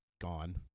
gone